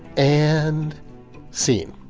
and scene.